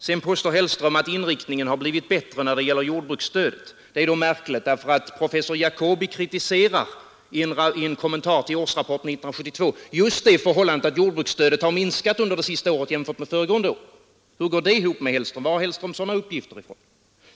Hellström påstår att inriktningen blivit bättre när det gäller jordbruksstödet. Det är då märkligt. Professor Jacoby kritiserar i en kommentar till årsrapporten 1972 just det förhållandet att jordbruksstödet det senaste året minskat jämfört med föregående år. Hur går det ihop? Varifrån har herr Hellström sådana uppgifter?